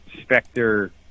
specter